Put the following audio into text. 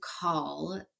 call